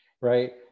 right